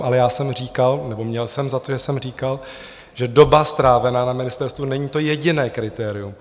Ale já jsem říkal nebo měl jsem za to, že jsem říkal, že doba strávená na ministerstvu není to jediné kritérium.